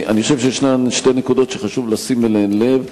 אני חושב שיש שתי נקודות שצריך לשים אליהן לב.